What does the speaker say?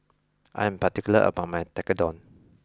I am particular about my Tekkadon